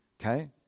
Okay